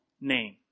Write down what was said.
name